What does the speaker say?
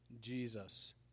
Jesus